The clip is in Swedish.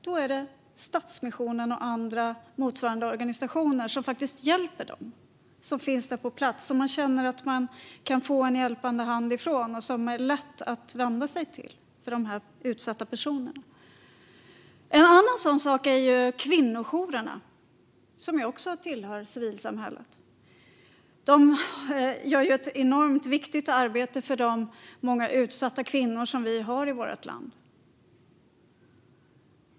Det är Stadsmissionen och andra motsvarande organisationer som faktiskt hjälper dem och som finns där på plats. Det är där dessa utsatta personer känner att de kan få en hjälpande hand, och dit är det lätt att vända sig. En annan sådan sak är kvinnojourerna, som ju också tillhör civilsamhället. De gör ett enormt viktigt arbete för de många utsatta kvinnor som vi har i vårt land.